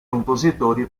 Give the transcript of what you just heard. compositori